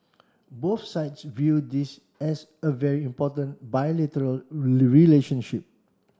both sides view this as a very important bilateral relationship